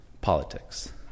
politics